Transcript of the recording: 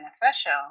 beneficial